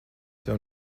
tev